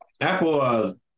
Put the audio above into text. Apple